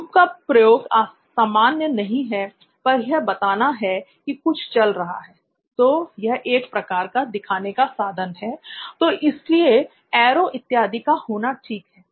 loop का प्रयोग असामान्य नहीं है पर यह बताता है कि कुछ चल रहा है तो यह एक प्रकार का दिखाने का साधन है तो इसलिए एरो इत्यादि का होना ठीक है